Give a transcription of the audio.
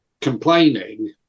complaining